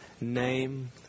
name